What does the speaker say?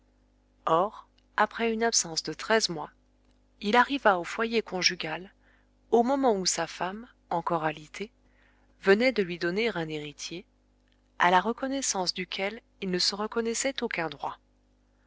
or après une absence de treize mois il arriva au foyer conjugal au moment où sa femme encore alitée venait de lui donner un héritier à la reconnaissance duquel il ne se reconnaissait aucun droit